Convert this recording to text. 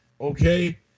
Okay